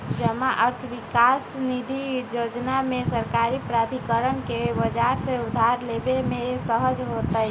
जमा अर्थ विकास निधि जोजना में सरकारी प्राधिकरण के बजार से उधार लेबे में सहज होतइ